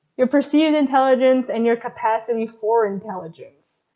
your perceived intelligence, and your capacity for intelligence,